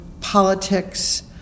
politics